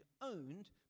owned